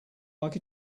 like